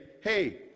Hey